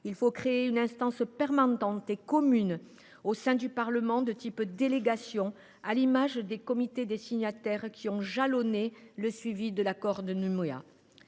il faut créer une instance permanente et commune au sein du Parlement, de type délégation, à l’image des comités de signataires qui ont jalonné le suivi de l’accord de Nouméa.